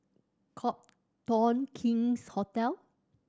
Copthorne King's Hotel